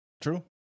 True